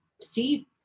see